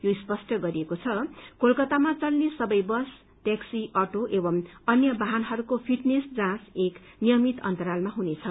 यो स्पष्ट गरिएको छ कि कोलकतामा चल्ने सबै बस टयाक्सी अटो औ अन्य वाहनहरूको फिटनेश जाँच एक नियमित अन्तरालमा हुनेछ